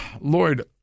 Lord